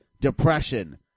Depression